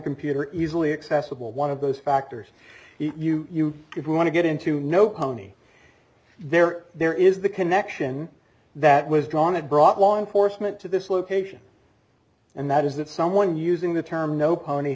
computer easily accessible one of those factors you if you want to get into know kone there there is the connection that was drawn it brought law enforcement to this location and that is that someone using the term no pony